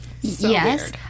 Yes